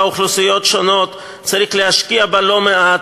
אוכלוסיות שונות צריך להשקיע בה לא מעט,